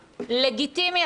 לגיטימי,